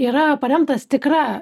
yra paremtas tikra